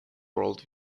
world